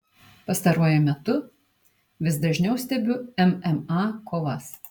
pastaruoju metu vis dažniau stebiu mma kovas